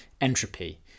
entropy